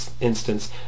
instance